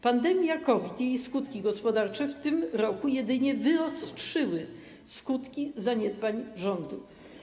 Pandemia COVID i jej skutki gospodarcze w tym roku jedynie wyostrzyły skutki zaniedbań rządu.